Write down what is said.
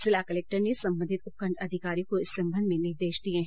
जिला कलेक्टर ने सम्बन्धित उपखंड अधिकारियों को इस संबंध में निर्देश दिए है